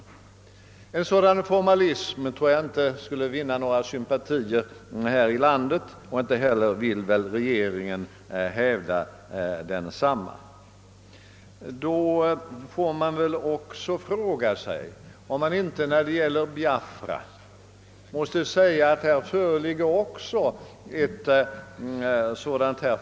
Jag tror inte att en sådan formalism skulle vinna några sympatier här i landet, och regeringen vill nog inte hävda detta. Då får man naturligtvis fråga sig, om det inte i Biafrakonflikten föreligger ett sådant fall.